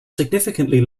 significantly